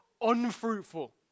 unfruitful